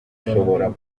ushobora